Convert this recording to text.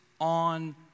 on